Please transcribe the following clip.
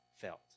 felt